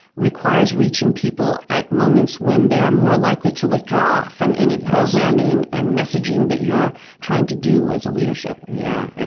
requires reaching people at moments when they are more likely to withdraw from any programming and messaging that you're trying to do as a leadership. yeah,